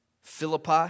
Philippi